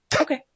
Okay